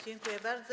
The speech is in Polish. Dziękuję bardzo.